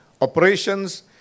operations